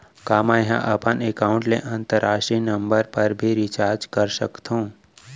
का मै ह अपन एकाउंट ले अंतरराष्ट्रीय नंबर पर भी रिचार्ज कर सकथो